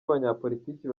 abanyapolitiki